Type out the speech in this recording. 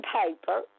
paper